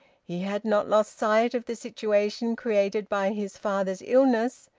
he had not lost sight of the situation created by his father's illness,